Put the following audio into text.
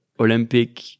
olympic